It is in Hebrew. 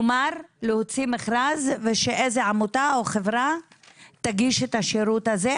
כלומר להוציא מכרז ושאיזה עמותה או חברה תגיש את השירות הזה,